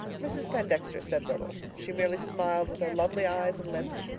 mrs. pendexter said little she merely smiled with her lovely eyes and lips,